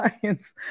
science